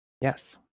Yes